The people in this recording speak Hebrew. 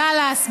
בדאלאס,